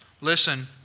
Listen